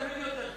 תמיד יותר קל.